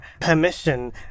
permission